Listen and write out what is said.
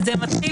זה מתחיל